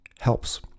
helps